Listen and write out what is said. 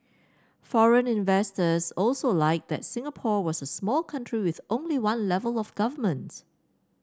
foreign investors also liked that Singapore was a small country with only one level of government